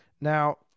Now